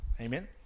amen